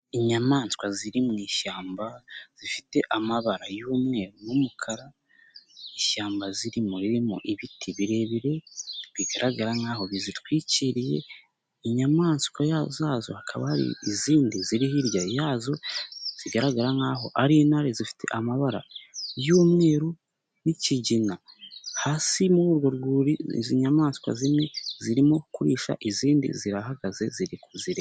Inyamaswa ziri mu ishyamba zifite amabara y'umweru n'umukara. Ishyamba zirimo ririmo ibiti birebire. Bigaragara nk'aho bizitwikiriye. Inyamaswa zazo hakaba hari izindi ziri hirya yazo zigaragara nk'aho ari intare, zifite amabara y'umweru n'ikigina. Hasi muri urwo rwuri izi nyamaswa zimwe zirimo kurisha, izindi zirahagaze ziri kuzireba